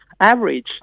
average